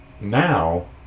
now